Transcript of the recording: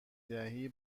دهی